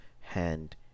hand